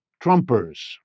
Trumpers